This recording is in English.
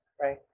right